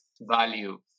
value